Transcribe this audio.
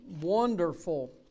wonderful